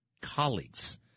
colleagues